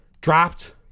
dropped